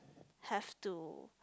have to